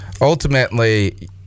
ultimately